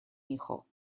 hijo